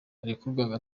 arekurwa